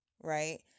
right